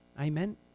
Amen